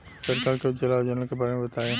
सरकार के उज्जवला योजना के बारे में बताईं?